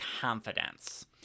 confidence